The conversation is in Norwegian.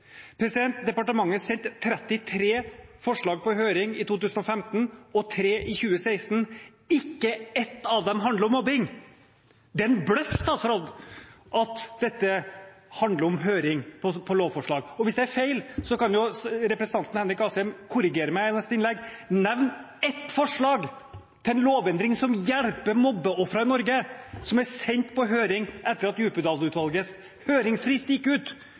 Departementet sendte 33 forslag på høring i 2015 og tre i 2016, ikke ett av dem handler om mobbing. Det er en bløff av statsråden at dette handler om høring av lovforslag. Og hvis det er feil, kan representanten Henrik Asheim korrigere meg i neste innlegg ved å nevne ett forslag til en lovendring som hjelper mobbeofrene i Norge, som er sendt på høring etter at Djupedal-utvalgets høringsfrist gikk ut